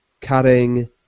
cutting